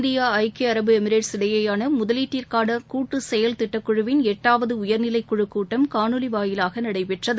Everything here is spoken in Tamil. இந்தியா ஐக்கிய அரசு எமிரேட்ஸ் இடையிலான முதலீட்டிற்கான கூட்டு செயல் திட்டக்குழுவின் எட்டாவது உயர்நிலைக்குழுக் கூட்டம் காணொலி வாயிலாக நடைபெற்றது